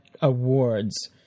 Awards